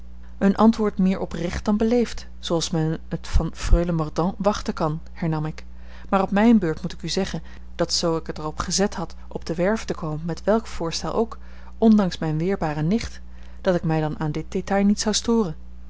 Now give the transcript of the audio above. een antwoord meer oprecht dan beleefd zooals men het van freule mordaunt wachten kan hernam ik maar op mijne beurt moet ik u zeggen dat zoo ik het er op gezet had op de werve te komen met welk voorstel ook ondanks mijne weerbare nicht dat ik mij dan aan dit détail niet zou storen